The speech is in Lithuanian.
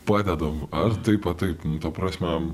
padedam ar taip a taip nu ta prasme